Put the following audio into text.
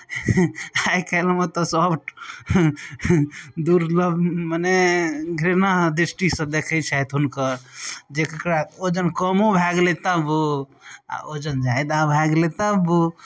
आइ काल्हिमे तऽ सब दुर्लभ मने घृणा दृष्टिसँ देखय छथि हुनकर जकरा वजन कमो भए गेलय तबो आओर वजन जादा भए गेलय तबो